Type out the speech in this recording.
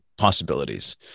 possibilities